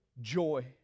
joy